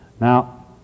Now